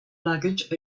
luggage